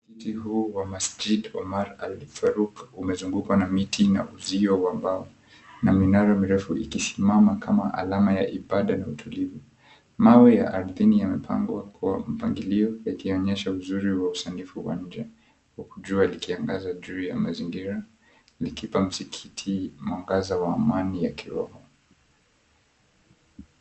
Msikiti huu wa Masjid Omar Al-Bin Farouk umezungukwa na miti na uzio wa mbao, na minara mirefu ikisimama kama alama ya ibada na utulivu. Mawe ya ardhini yamepangwa kwa mpangilio, yakionyesha uzuri wa usanifu wa nje, huku jua likiangaza juu ya mazingira likipea msikiti mwangaza wa amani ya kiroho.